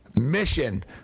mission